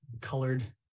colored